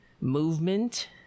movement